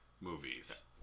movies